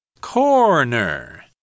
Corner